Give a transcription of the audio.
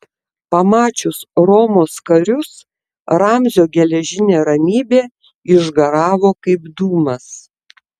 pamačius romos karius ramzio geležinė ramybė išgaravo kaip dūmas